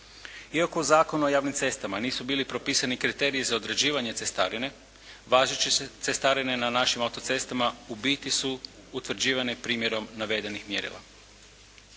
Iako u Zakonu o javnim cestama nisu bili propisani kriteriji za određivanje cestarine, važeće cestarine na našim autocestama u biti su utvrđivane primjerom navedenih mjerila.